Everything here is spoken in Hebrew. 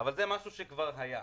אבל זה משהו שכבר היה.